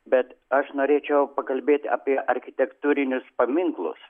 bet aš norėčiau pakalbėt apie architektūrinius paminklus